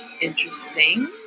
interesting